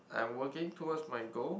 I'm working towards my goal